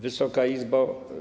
Wysoka Izbo!